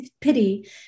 pity